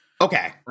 Okay